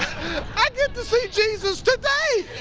i get to see jesus today!